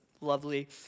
lovely